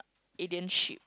alien ship